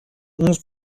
onze